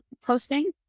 posting